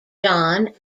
john